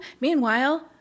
Meanwhile